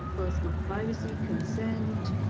personal privacy, consent,